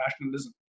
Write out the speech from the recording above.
nationalism